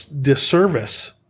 disservice